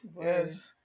Yes